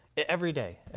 every day. and